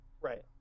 Right